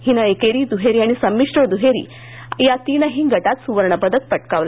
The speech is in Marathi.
तिनं एकेरी दुहेरी आणि संमिश्र दुहेरी या तिनही गटात सुवर्णपदक पटकावलं